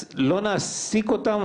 לא נעסיק אותם,